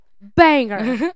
Banger